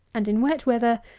and, in wet weather,